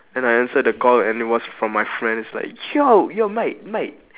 and I answer the call and it was from my friends like yo yo mate mate